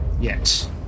Yes